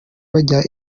bajya